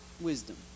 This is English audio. wisdom